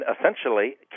essentially